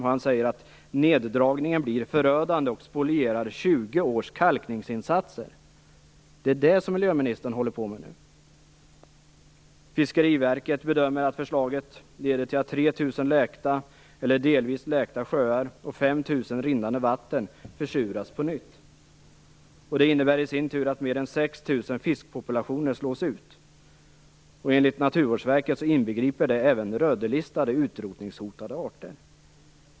Han säger att neddragningen blir förödande och spolierar 20 års kalkningsinsatser. Det är detta som miljöministern håller på med nu. Fiskeriverket bedömer att förslaget leder till att 3 000 läkta eller delvis läkta sjöar och 5 000 rinnande vatten försuras på nytt. Det innebär i sin tur att mer än 6 000 fiskpopulationer slås ut. Enligt Naturvårdsverket inbegriper det även rödlistade utrotningshotade arter.